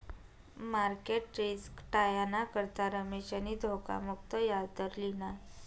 market risk टायाना करता रमेशनी धोखा मुक्त याजदर लिना